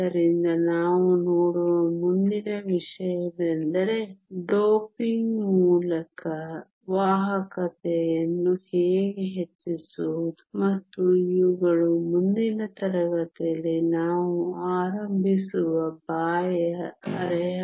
ಆದ್ದರಿಂದ ನಾವು ನೋಡುವ ಮುಂದಿನ ವಿಷಯವೆಂದರೆ ಡೋಪಿಂಗ್ ಮೂಲಕ ವಾಹಕತೆಯನ್ನು ಹೇಗೆ ಹೆಚ್ಚಿಸುವುದು ಮತ್ತು ಇವುಗಳು ಮುಂದಿನ ತರಗತಿಯಲ್ಲಿ ನಾವು ಆರಂಭಿಸುವ ಬಾಹ್ಯ ಅರೆವಾಹಕಗಳಾಗಿವೆ